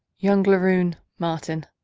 young laroon, martin.